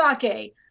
sake